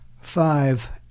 Five